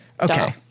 okay